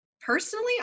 Personally